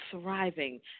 thriving